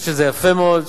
וזה יהיה יפה מאוד,